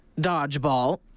dodgeball